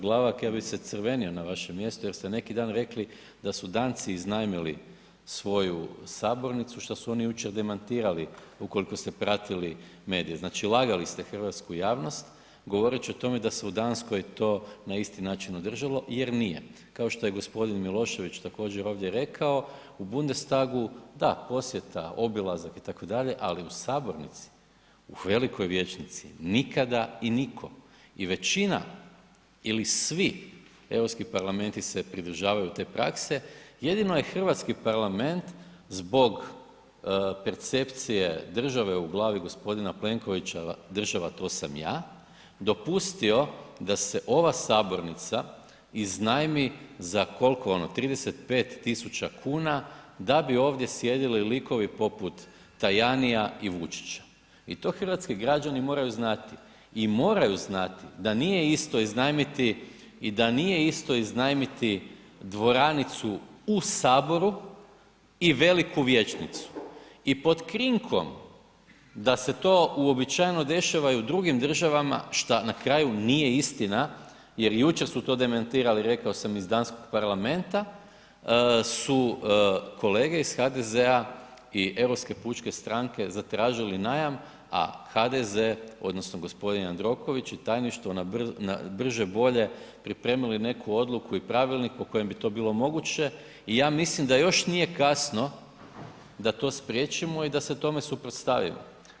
Glavak, ja bi se crvenio na vašem mjestu jer ste neki dan rekli da ste Danci iznajmili svoju sabornicu šta su oni jučer demantirali ukoliko ste pratili medije, znači lagali ste hrvatsku javnost govoreći da se u Danskoj to na isti način održalo jer nije, kao što je g. Milošević također ovdje rekao u Bundestagu da, posjeta, obilazak itd., ali u sabornici, u velikoj vijećnici, nikada i nitko i većina ili svi Europski parlamenti se pridržavaju te prakse, jedino je Hrvatski parlament zbog percepcije države u glavi g. Plenkovića, država to sam ja, dopustio da se ova sabornica iznajmi za kolko ono, 35.000,00 kn, da bi ovdje sjedili likovi poput Tajanija i Vučića i to hrvatski građani moraju znati i moraju znati da nije isto iznajmiti i da nije isto iznajmiti dvoranicu u Saboru i veliku vijećnicu i pod krinkom da se to uobičajeno dešava i u drugim državama, šta na kraju nije istina jer jučer su to demantirali, rekao sam, iz Danskog parlamenta, su kolege iz HDZ-a i Europske pučke stranke zatražili najam, a HDZ odnosno g. Jandroković i tajništvo na brže bolje pripremili neku odluku i pravilnik po kojem bi to bilo moguće i ja mislim da još nije kasno da to spriječimo i da se tome suprotstavimo.